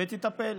והיא תטפל.